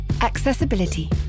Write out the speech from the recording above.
Accessibility